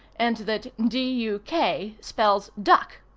and that d. u. k. spells duck,